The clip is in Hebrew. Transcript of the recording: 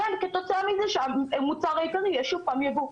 וכתוצאה מזה שהמוצר העיקרי יהיה שוב פעם יבוא.